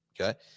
okay